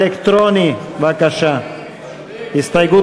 משרד המשפטים (האפוטרופוס הכללי וכונס, נציבות